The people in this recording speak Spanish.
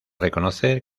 reconocer